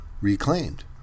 reclaimed